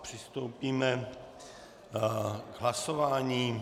Přistoupíme k hlasování.